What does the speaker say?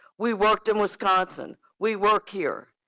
we worked in wisconsin, we work here.